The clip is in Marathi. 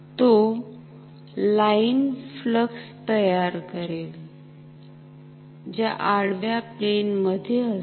तो फ्लक्स लाईन्स तयार करेल ज्या आडव्या प्लेन मध्ये असतील